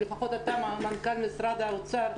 שלפחות אתה מנכ"ל משרד האוצר,